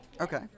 Okay